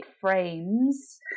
frames